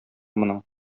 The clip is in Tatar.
моның